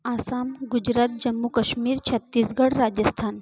Assam Gujarat Jammu Kashmir Chhattisgarh Rajasthan